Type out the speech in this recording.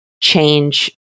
change